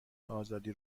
آزادی